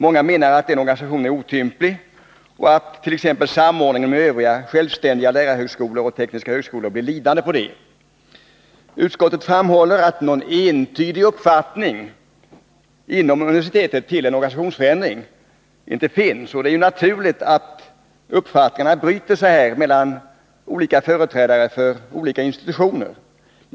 Många menar att organisationen är otymplig och att t.ex. samordningen med övriga självständiga lärarhögskolor och tekniska högskolor blir lidande på detta. Utskottet framhåller att någon entydig uppfattning inom universitetet beträffande en organisationsförändring inte finns. Det är naturligt att uppfattningarna här bryter sig mellan företrädare för olika institutioner.